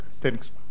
Thanks